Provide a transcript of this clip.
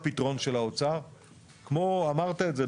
זאת אומרת,